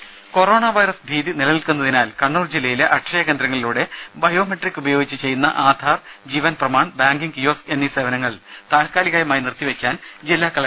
ദദ corona virus ഭീതി നിലനിൽക്കുന്നതിനാൽ കണ്ണൂർ ജില്ലയിലെ അക്ഷയ കേന്ദ്രങ്ങളിലൂടെ ബയോമെട്രിക്ക് ഉപയോഗിച്ച് ചെയ്യുന്ന ആധാർ ജീവൻപ്രമാൺ ബാങ്കിംഗ് കിയോസ്ക് എന്നീ സേവനങ്ങൾ താൽക്കാലികമായി നിർത്തി വെക്കാൻ ജില്ലാ കലക്ടർ നിർദ്ദേശം നൽകി